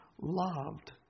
loved